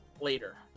later